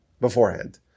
beforehand